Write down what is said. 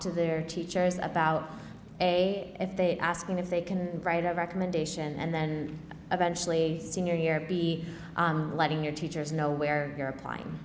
to their teachers about a if they asking if they can write a recommendation and then eventually senior year be letting your teachers know where you're applying